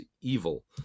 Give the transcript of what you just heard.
evil